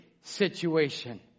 situation